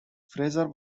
fraser